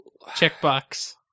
checkbox